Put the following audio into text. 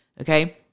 okay